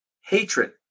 hatred